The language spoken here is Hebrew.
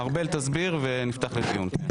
ארבל תסביר ונפתח את הדיון.